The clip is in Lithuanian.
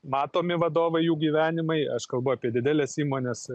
matomi vadovai jų gyvenimai aš kalbu apie dideles įmones